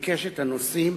מקשת הנושאים